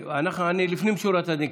לפנים משורת הדין,